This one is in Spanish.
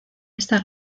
ésta